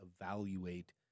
evaluate